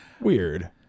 Weird